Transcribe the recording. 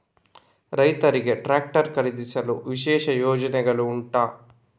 ರೈತರಿಗೆ ಟ್ರಾಕ್ಟರ್ ಖರೀದಿಸಲು ವಿಶೇಷ ಯೋಜನೆಗಳು ಉಂಟಾ?